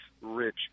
rich